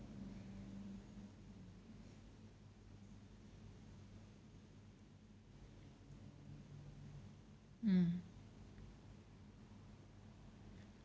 mm